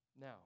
Now